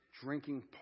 drinking